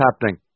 happening